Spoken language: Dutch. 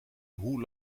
hoe